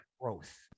growth